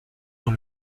dans